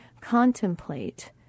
contemplate